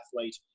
athlete